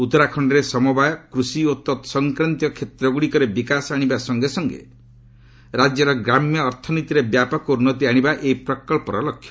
ଉତ୍ତରାଖଣ୍ଡରେ ସମବାୟ କୃଷି ଓ ତତ୍ସଂକ୍ରାନ୍ତୀୟ କ୍ଷେତ୍ର ଗୁଡ଼ିକରେ ବିକାଶ ଆଶିବା ସଙ୍ଗେ ସଙ୍ଗେ ରାଜ୍ୟର ଗ୍ରାମ୍ୟ ଅର୍ଥନୀତିରେ ବ୍ୟାପକ ଉନ୍ନତି ଆଶିବା ଏହି ପ୍ରକଳ୍ପର ଲକ୍ଷ୍ୟ